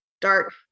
dark